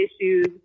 issues